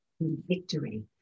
victory